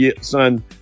son